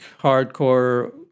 hardcore